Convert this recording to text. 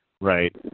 Right